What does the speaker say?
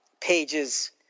pages